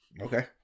Okay